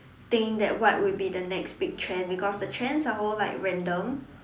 think that what would be the next big trend because the trends are all like random